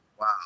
wow